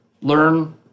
learn